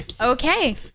Okay